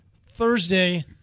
Thursday